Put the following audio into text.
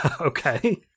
Okay